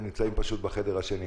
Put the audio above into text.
הם נמצאים בחדר השני.